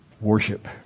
Worship